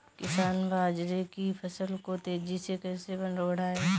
किसान बाजरे की फसल को तेजी से कैसे बढ़ाएँ?